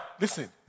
listen